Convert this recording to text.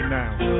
now